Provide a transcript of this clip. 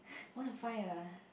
want to find a